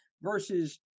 versus